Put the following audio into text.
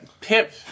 Pip